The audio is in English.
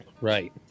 Right